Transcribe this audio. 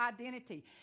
identity